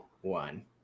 one